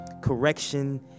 correction